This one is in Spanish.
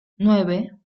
nueve